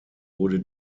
wurde